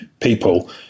people